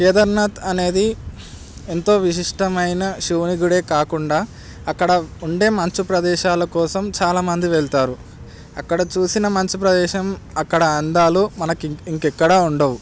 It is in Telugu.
కేదార్నాథ్ అనేది ఎంతో విశిష్టమైన శివుని గుడే కాకుండా అక్కడ ఉండే మంచు ప్రదేశాల కోసం చాలామంది వెళ్తారు అక్కడ చూసిన మంచు ప్రదేశం అక్కడ అందాలు మనకి ఇంకెక్కడా ఉండవు